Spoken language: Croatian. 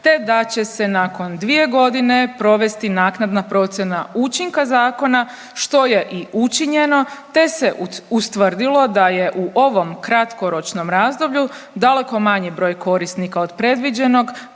te da će se nakon dvije godine provesti naknadna procjena učinka zakona, što je i učinjeno te se ustvrdilo da je u ovom kratkoročnom razdoblju daleko manji broj korisnika od predviđenog